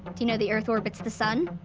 do you know the earth orbits the sun?